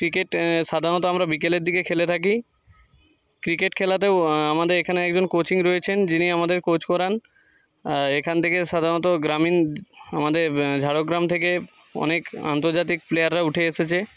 cricket সাধারণত আমরা বিকেলের দিকে খেলে থাকি ক্রিকেট খেলাতেও আমাদের এখানে একজন কোচিং রয়েছেন যিনি আমাদের কোচ করান এখান থেকে সাধারণত গ্রামীণ আমাদের ঝাড়গ্রাম থেকে অনেক আন্তর্জাতিক প্লেয়াররা উঠে এসেছে